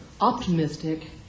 optimistic